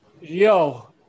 Yo